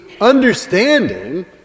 understanding